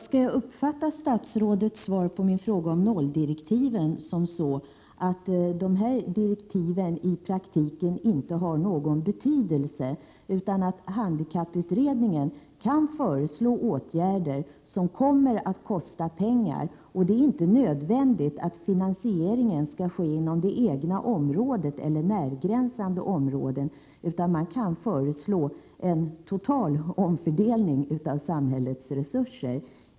Skall jag uppfatta statsrådets svar på min fråga om nolldirektiven så, att dessa direktiv i praktiken inte har någon betydelse utan att handikapputredningen kan föreslå åtgärder som kommer att kosta pengar och att det inte är nödvändigt att finansieringen sker inom det egna området eller närgränsande områden, dvs. att utredningen kan föreslå en total omfördelning av samhällets resurser.